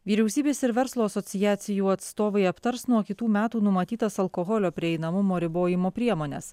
vyriausybės ir verslo asociacijų atstovai aptars nuo kitų metų numatytas alkoholio prieinamumo ribojimo priemones